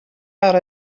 out